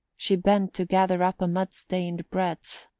she bent to gather up a mud-stained breadth,